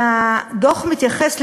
הדוח מתייחס,